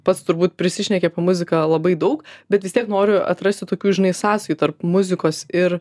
pats turbūt prisišneki apie muziką labai daug bet vis tiek noriu atrasti tokių žinai sąsajų tarp muzikos ir